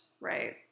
right